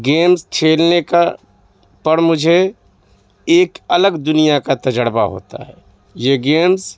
games کھیلنے کا پر مجھے ایک الگ دنیا کا تجربہ ہوتا ہے یہ گیمس